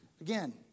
Again